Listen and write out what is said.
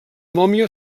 mòmia